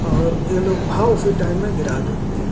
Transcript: और ये लोग भाव उसी टाइम में गिरा देते हैं